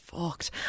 fucked